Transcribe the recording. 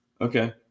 Okay